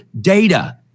data